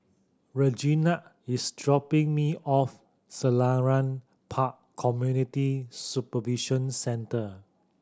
reginald is dropping me off Selarang Park Community Supervision Centre